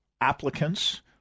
applicants